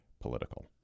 political